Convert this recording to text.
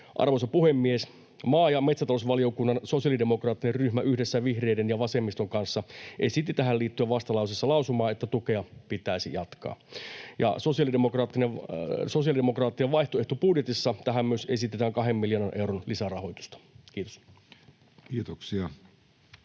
Arvoisa puhemies! Maa- ja metsätalousvaliokunnan sosiaalidemokraattinen ryhmä yhdessä vihreiden ja vasemmiston kanssa esitti tähän liittyen vastalauseessa lausumaa, että tukea pitäisi jatkaa. Sosiaalidemokraattien vaihtoehtobudjetissa tähän myös esitetään kahden miljoonan euron lisärahoitusta. — Kiitos.